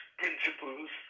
principles